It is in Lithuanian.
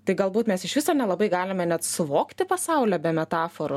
tai galbūt mes iš viso nelabai galime net suvokti pasaulio be metaforų